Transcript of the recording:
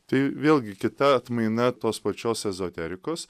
tai vėlgi kita atmaina tos pačios ezoterikus